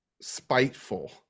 spiteful